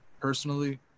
Personally